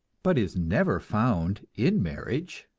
but is never found in marriage.